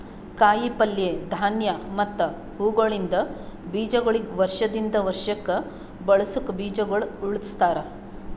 ಕಾಯಿ ಪಲ್ಯ, ಧಾನ್ಯ ಮತ್ತ ಹೂವುಗೊಳಿಂದ್ ಬೀಜಗೊಳಿಗ್ ವರ್ಷ ದಿಂದ್ ವರ್ಷಕ್ ಬಳಸುಕ್ ಬೀಜಗೊಳ್ ಉಳುಸ್ತಾರ್